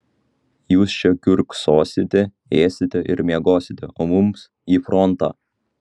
jūs čia kiurksosite ėsite ir miegosite o mums į frontą